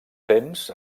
temps